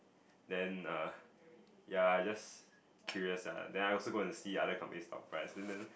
then uh ya I just curious ah then I also go and see other companies' stock price then then